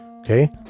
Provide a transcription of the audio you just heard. okay